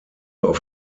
auf